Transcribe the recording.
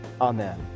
Amen